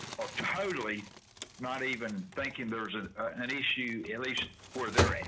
are totally not even thinking there's and and issue at least we're there